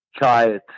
child